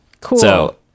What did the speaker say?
Cool